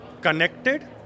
connected